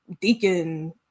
deacon